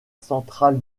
centrale